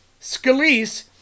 Scalise